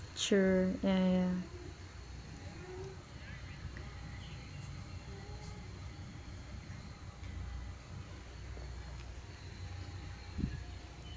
true yeah yeah